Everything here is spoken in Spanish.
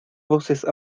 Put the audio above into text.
voces